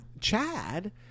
Chad